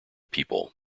people